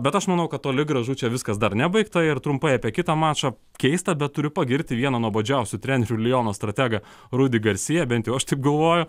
bet aš manau kad toli gražu čia viskas dar nebaigta ir trumpai apie kitą mačą keista bet turiu pagirti vieną nuobodžiausių trenerių liono strategą rudį garsią bent jau aš taip galvoju